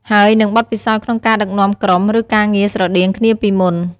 ហើយនិងបទពិសោធន៍ក្នុងការដឹកនាំក្រុម ឬការងារស្រដៀងគ្នាពីមុន។